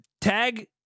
tag